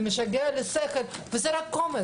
זה משגע את השכל, וזה רק קומץ.